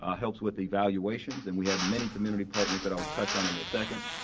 ah helps with the evaluations and we have many community partners that i'll touch on in a second.